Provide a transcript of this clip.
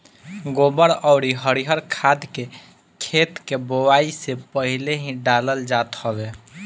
गोबर अउरी हरिहर खाद के खेत के बोआई से पहिले ही डालल जात हवे